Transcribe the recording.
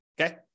Okay